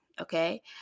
Okay